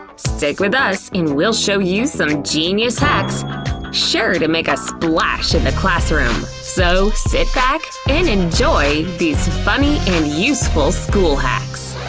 stick with us and we'll show you some genius hacks sure to make a splash in the classroom. so sit back and enjoy these funny and useful school hacks!